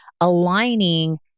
aligning